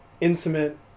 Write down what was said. intimate